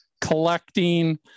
collecting